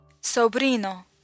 sobrino